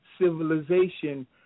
civilization